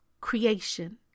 creation